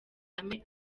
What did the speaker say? kagame